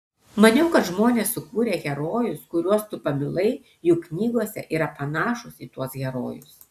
maniau kad žmonės sukūrę herojus kuriuos tu pamilai jų knygose yra panašūs į tuos herojus